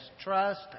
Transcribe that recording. Trust